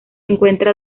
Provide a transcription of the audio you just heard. encuentra